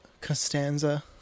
Costanza